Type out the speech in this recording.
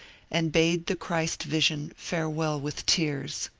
and bade the christ vbion farewell with tears.